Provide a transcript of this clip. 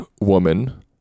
woman